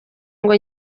ngo